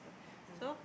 so